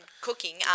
cooking